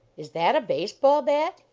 is that a base-ball bat?